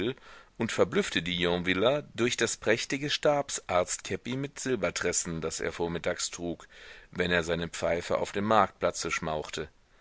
und verblüffte die yonviller durch das prächtige stabsarztskäppi mit silbertressen das er vormittags trug wenn er seine pfeife auf dem marktplatze schmauchte